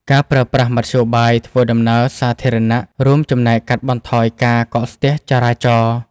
ការប្រើប្រាស់មធ្យោបាយធ្វើដំណើរសាធារណៈ រួមចំណែកកាត់បន្ថយការកកស្ទះចរាចរណ៍។